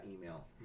email